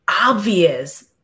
obvious